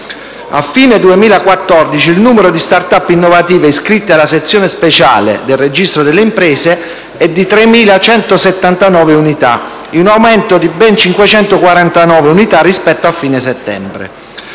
dicembre 2014 il numero di *start-up* innovative iscritte alla sezione speciale del registro delle imprese è di 3.179 unità, in aumento di ben 549 unità rispetto a fine settembre.